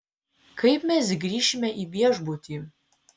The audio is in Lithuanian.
kaip mes grįšime į viešbutį